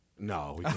No